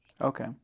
Okay